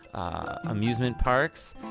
amusement parks,